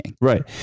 Right